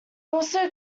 also